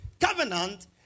Covenant